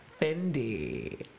Fendi